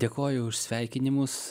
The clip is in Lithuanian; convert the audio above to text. dėkoju už sveikinimus